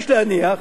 יש להניח